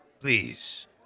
Please